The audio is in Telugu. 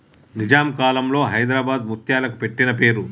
నిజాం కాలంలో హైదరాబాద్ ముత్యాలకి పెట్టిన పేరు